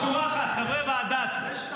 זה יעלה גם ביום ראשון לוועדת השרים,